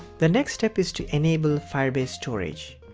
the next step is to enable firebase storage.